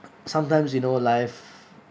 sometimes you know life